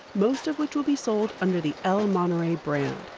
most of which will be sold under the el monterey brand.